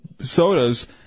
sodas